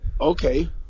okay